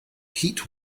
heat